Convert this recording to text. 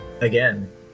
again